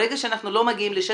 ברגע שאנחנו לא מגיעים לשטח,